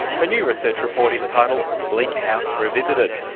a new research report is titled bleak house revisited,